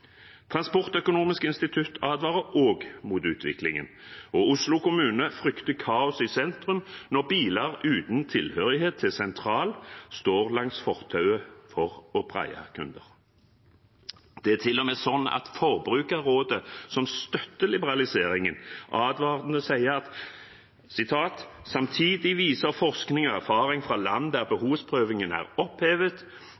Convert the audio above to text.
Transportøkonomisk institutt advarer også mot utviklingen, og Oslo kommune frykter kaos i sentrum når biler uten tilhørighet til sentral står langs fortauet for å praie kunder. Det er til og med slik at Forbrukerrådet, som støtter liberaliseringen, advarende sier: «Forskningen og erfaringer fra land der